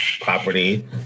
property